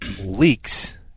leaks